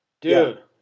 dude